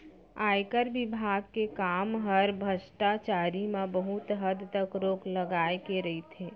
आयकर विभाग के काम हर भस्टाचारी म बहुत हद तक रोक लगाए के रइथे